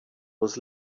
was